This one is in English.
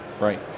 Right